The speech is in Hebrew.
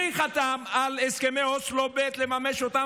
מי חתם על הסכמי אוסלו ב', לממש אותם?